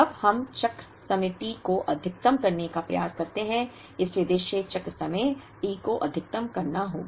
जहां हम चक्र समय T को अधिकतम करने का प्रयास करते हैं इसलिए उद्देश्य चक्र समय T को अधिकतम करना होगा